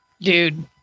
Dude